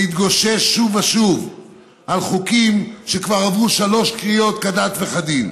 להתגושש שוב ושוב על חוקים שכבר עברו שלוש קריאות כדת וכדין.